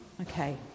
Okay